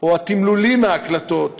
או התמלולים מההקלטות